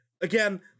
again